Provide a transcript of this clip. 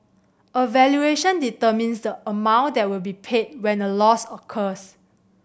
a valuation determines the amount that will be paid when a loss occurs